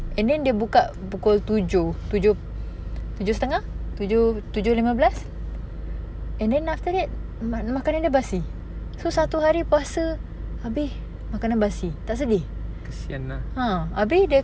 kesian lah